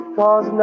cause